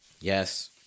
Yes